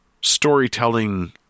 storytelling